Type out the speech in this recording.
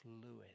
fluid